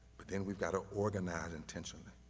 but then we've got to organize intentionally.